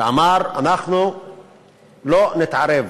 הוא אמר: אנחנו לא נתערב.